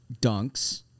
Dunks